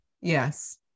Yes